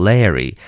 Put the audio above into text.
Larry